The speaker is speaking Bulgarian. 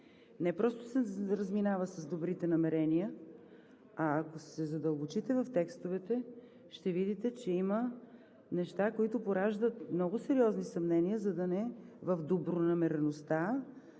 не просто се разминава с добрите намерения, а ако се задълбочите в текстовете, ще видите, че има неща, които пораждат много сериозни съмнения в добронамереността